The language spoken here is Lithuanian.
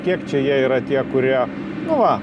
kiek čia jie yra tie kurie nu va